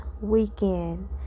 weekend